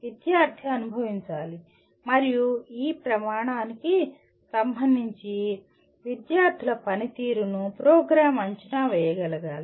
విద్యార్థి అనుభవించాలి మరియు ఈ ప్రమాణానికి సంబంధించి విద్యార్థుల పనితీరును ప్రోగ్రామ్ అంచనా వేయగలగాలి